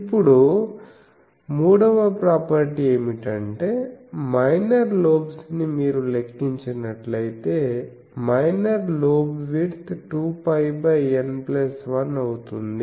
ఇప్పుడు 3 వ ప్రాపర్టీ ఏమిటంటే మైనర్ లోబ్స్ ని మీరు లెక్కించినట్లయితే మైనర్ లోబ్ విడ్త్ 2πN1అవుతుంది